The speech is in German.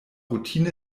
routine